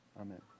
Amen